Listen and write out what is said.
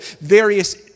various